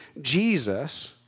Jesus